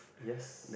yes